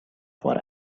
for